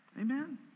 Amen